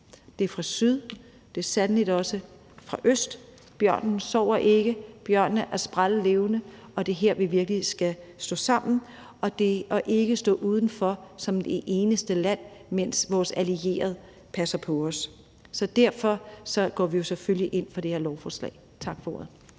Det er fra syd, og det er sandelig også fra øst. Bjørnen sover ikke, bjørnen er sprællevende, og det er her, vi virkelig skal stå sammen og ikke stå udenfor som det eneste land, mens vores allierede passer på os. Så derfor går vi selvfølgelig ind for det her lovforslag. Tak for ordet.